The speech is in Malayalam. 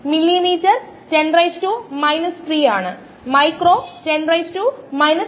മൊത്തം എൻസൈമിന്റെ മാസ്സ് എന്നത് ഫ്രീ എൻസൈമിന്റെ മാസ് എൻസൈമ്മ് മാസ് അത് എൻസൈമ്മ് സബ്സ്ട്രേറ്റ് കോംപ്ലക്സ് ആയി ബൌണ്ട് ചെയ്തിരിക്കുന്നു